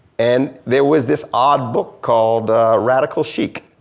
and there was this odd book called radical chic,